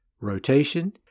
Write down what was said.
rotation